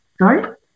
Sorry